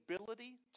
ability